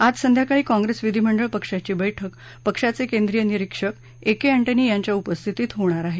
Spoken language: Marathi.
आज संध्याकाळी कौंप्रेस विधीमंडळ पक्षाची बैठक पक्षाचे केंद्रीय निरीक्षक ए के एंटनी यांच्या उपस्थितीत होणार आहे